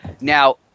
now